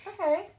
Okay